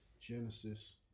Genesis